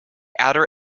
outer